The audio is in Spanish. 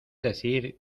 decir